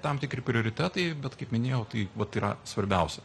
tam tikri prioritetai bet kaip minėjau tai vat yra svarbiausia